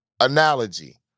analogy